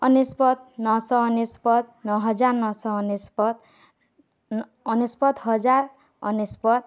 ଅନେଶପତ ନଅଶ ଅନେଶପତ ନଅ ହଜାର ନଶ ଅନେଶପତ ଅନେଶପତ ହଜାର ଅନେଶପତ